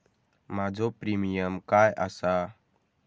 माझो प्रीमियम काय आसा?